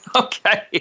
Okay